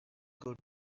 good